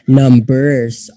numbers